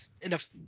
enough